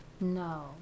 no